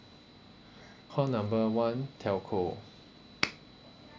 call number one telco